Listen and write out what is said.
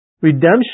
redemption